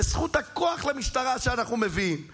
בזכות הכוח שאנחנו מביאים למשטרה.